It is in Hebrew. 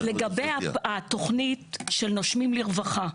לגבי התוכנית של נושמים לרווחה.